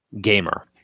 gamer